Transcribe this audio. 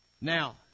Now